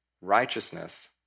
Righteousness